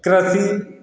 कृषि